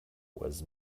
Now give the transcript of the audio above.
was